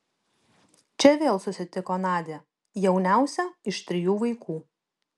čia vėl susitiko nadią jauniausią iš trijų vaikų